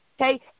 Okay